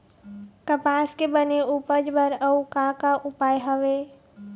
कपास के बने उपज बर अउ का का उपाय हवे?